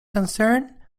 concern